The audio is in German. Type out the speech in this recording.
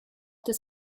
des